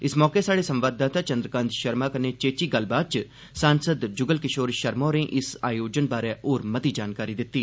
इस मौके स्हाड़े संवाददाता चंद्रकांत शर्मा कन्नै चेची गल्लबात च सांसद जुगल किशोर शर्मा होरें इस आयोजन बारै होर मती जानकारी दित्ती